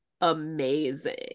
amazing